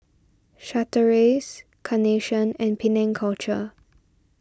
Chateraise Carnation and Penang Culture